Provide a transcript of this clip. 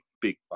big